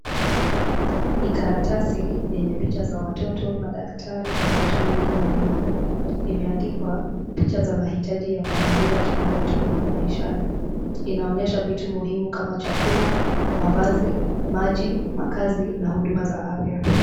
Hii karatasi yenye picha za watoto, madaktari na watu wengi mbalimbali. Imeandikwa picha za mahitaji ya familia tunayotumia maishani. Inaonyesha vitu muhimu kama chakula, mavazi, maji, makazi na huduma za afya.